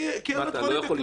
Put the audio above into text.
אתה לא יכול לשמוע?